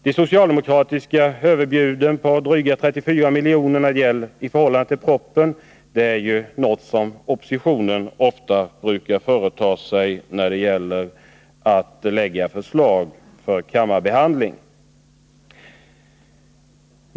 De socialdemokratiska överbuden — drygt 34 milj.kr. i förhållande till propositionens förslag — ligger i linje med vad oppositionen brukar företa sig.